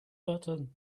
button